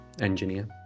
engineer